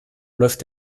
läuft